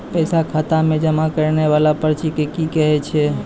पैसा खाता मे जमा करैय वाला पर्ची के की कहेय छै?